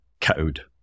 code